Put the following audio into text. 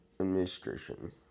administration